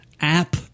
app